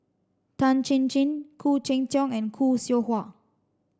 Tan Chin Chin Khoo Cheng Tiong and Khoo Seow Hwa